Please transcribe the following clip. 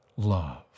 love